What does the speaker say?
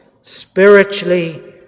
spiritually